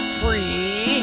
free